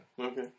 Okay